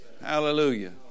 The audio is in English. Hallelujah